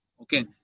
Okay